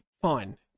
Fine